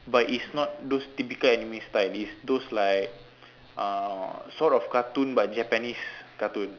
but it's not those typical anime style it's those like uh sort of cartoon but Japanese cartoon